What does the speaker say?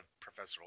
Professor